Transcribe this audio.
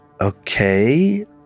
Okay